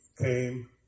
came